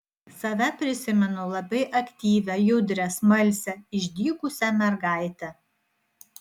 save prisimenu labai aktyvią judrią smalsią išdykusią mergaitę